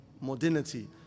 modernity